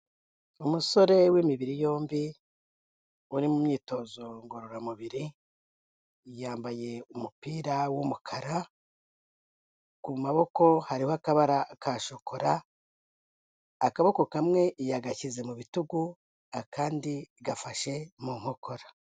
Umusore w'imibiri yombi uri mu myitozo ngororamubiri yambaye umupira w'umukara, ku maboko hariho akabara ka shokora, akaboko kamwe yagashyize mu bitugu akandi gafashe mu nkokora.